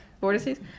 Vortices